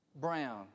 Brown